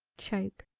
choke.